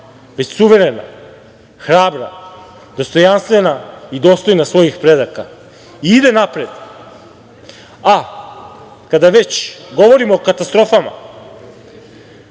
već suverena, hrabra, dostojanstvena i dostojna svojih predaka ide napred. Kada već govorimo o katastrofama,